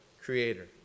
creator